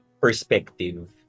perspective